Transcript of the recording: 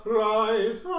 rise